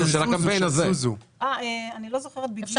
אני לא זוכרת בדיוק.